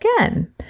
again